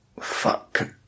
Fuck